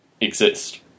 exist